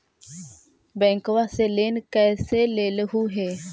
बैंकवा से लेन कैसे लेलहू हे?